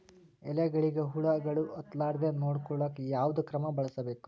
ಎಲೆಗಳಿಗ ಹುಳಾಗಳು ಹತಲಾರದೆ ನೊಡಕೊಳುಕ ಯಾವದ ಕ್ರಮ ಬಳಸಬೇಕು?